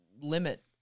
limit